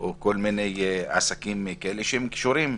או עסקים שקשורים,